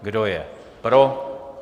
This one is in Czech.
Kdo je pro?